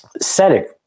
setting